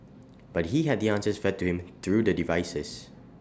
but he had the answers fed to him through the devices